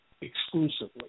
exclusively